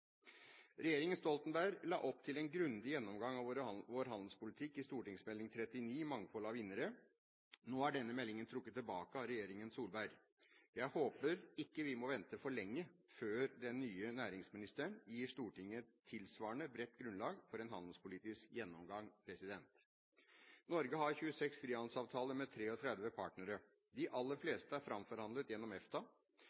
Regjeringen Stoltenberg la opp til en grundig gjennomgang av vår handelspolitikk i Meld. St. 39 for 2012–2013, Mangfold av vinnere. Nå er denne meldingen trukket tilbake av regjeringen Solberg. Jeg håper vi ikke må vente for lenge før den nye næringsministeren gir Stortinget et tilsvarende bredt grunnlag for en handelspolitisk gjennomgang. Norge har 26 frihandelsavtaler med 36 partnere. De aller